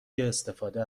استفاده